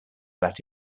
that